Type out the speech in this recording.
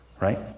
right